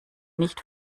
nicht